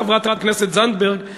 חברת הכנסת זנדברג,